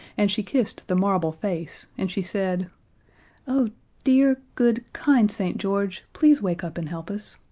and she kissed the marble face, and she said oh, dear, good, kind st. george, please wake up and help us.